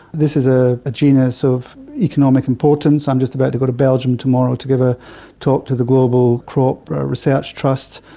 this is ah a genus of economic importance. i'm just about to go to belgium tomorrow to give a talk to the global crop research trusts.